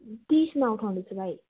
तिसमा उठाउँदै छु भाइ